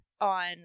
on